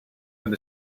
and